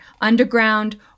underground